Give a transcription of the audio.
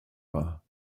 war